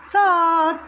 सात